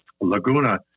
Laguna